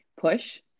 push